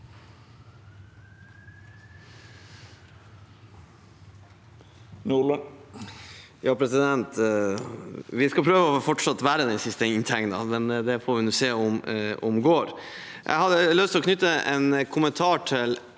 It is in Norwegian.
Jeg skal prøve å være den siste inntegnede, men vi får se om det går. Jeg hadde lyst til å knytte en kommentar til